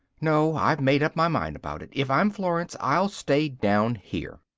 no! i've made up my mind about it if i'm florence, i'll stay down here!